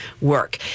work